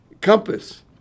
compass